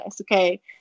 Okay